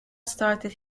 started